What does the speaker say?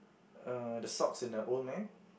uh the socks in the old man